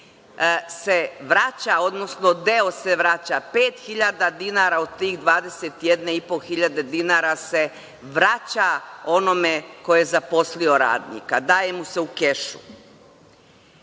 se vraća, odnosno deo se vraća, pet hiljade dinara od tih 21 i po hiljade dinara se vraća onome ko je zaposlio radnika, dajemo se u kešu. Kada